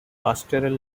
pastoral